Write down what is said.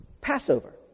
Passover